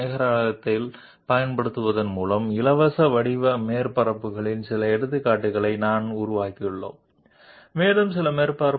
మేము కోరుకున్న విధంగా ఈ కోఆర్డినేట్ పాయింట్లను ఉంచగలము అవసరమైతే మేము ఈ ఆకృతులను మార్చగలము లేదా సవరించగలము వీటిని స్కల్ప్చర్డ్ సర్ఫేస్లు ఫ్రీ ఫామ్ సర్ఫేస్లు మొదలైనవి అని కూడా అంటారు